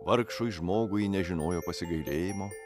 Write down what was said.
vargšui žmogui nežinojo pasigailėjimo